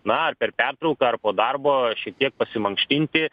na per pertrauką ar po darbo šiek tiek pasimankštinti